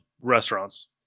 restaurants